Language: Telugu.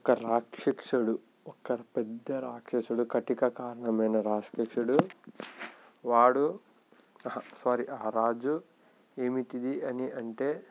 ఒక రాక్షసుడు ఒక పెద్ద రాక్షసుడు కటిక కారణమైన రాక్షసుడు వాడు సారీ ఆ రాజు ఏమిటిది అని అంటే